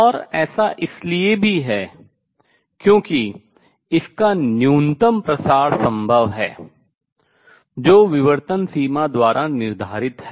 और ऐसा इसलिए भी है क्योंकि इसका न्यूनतम प्रसार spread फैलाव संभव है जो विवर्तन सीमा द्वारा निर्धारित है